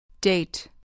Date